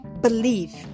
believe